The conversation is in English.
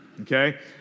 Okay